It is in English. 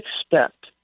expect